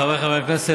חבריי חברי הכנסת,